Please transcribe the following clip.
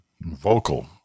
vocal